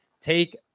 Take